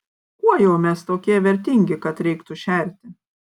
kuo jau mes tokie vertingi kad reiktų šerti